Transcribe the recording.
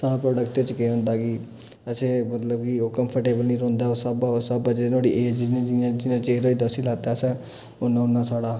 साढ़ा प्रोडक्ट च केह् होंदा की असें मतलब की ओह् कंफर्टेबल निं रौहंदा उस स्हाबा उस स्हाबा जि'यां नुहाड़ी एज जि'यां जि'यां जि'न्ना चिर होई जंदा उसी लैता असें उ'न्ना उ'न्ना साढ़ा